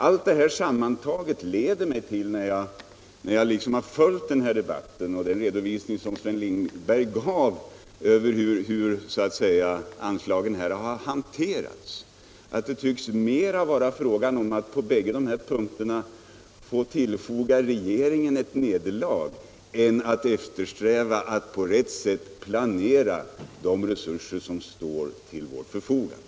Allt det här sammantaget — jag har följt debatten och den redovisning som Sven Lindberg gav av hur anslagen här har hanterats — leder mig till slutsatsen att det tycks vara fråga mera om att på bägge de här punkterna få tillfoga regeringen ett nederlag än om att eftersträva att på rätt sätt planera de resurser som står till vårt förfogande.